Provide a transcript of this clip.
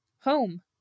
Home